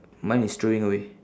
mine is throwing away